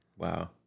Wow